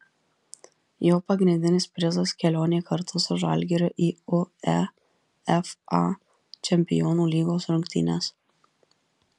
jo pagrindinis prizas kelionė kartu su žalgiriu į uefa čempionų lygos rungtynes